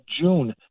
June